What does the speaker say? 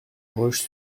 roche